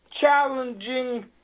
challenging